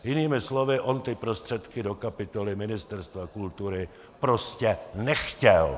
Jinými slovy, on prostředky do kapitoly Ministerstva kultury prostě nechtěl!